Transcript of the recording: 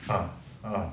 uh uh